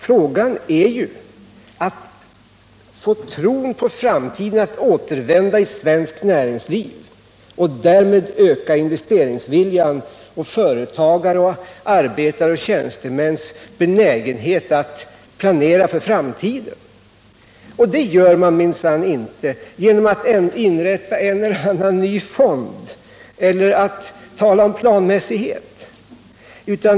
Vad det gäller är att få tron på framtiden att återvända i svenskt näringsliv för att öka investeringsviljan och företagares, arbetares och tjänstemäns benägenhet att planera för framtiden. Det gör vi minsann inte genom att inrätta en eller annan ny fond eller genom att tala om planmässighet.